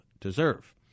deserve